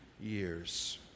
years